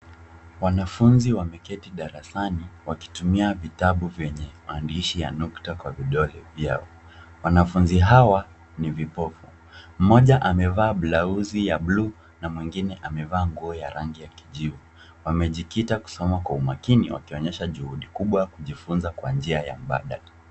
Wanafunzi wameketi darasani wakitumia vitabu vyenye maandishi ya nukta kwa vidole vyao. Wanafunzi hawa ni vipofu. Mmoja amevaa blauzi ya buluu na mwingine amevaa nguo ya rangi ya kijivu. Wamejikita kusoma kwa umakini wakionyesha juhudi kubwa ya kujifunza kwa njia ya mbadala.